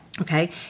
Okay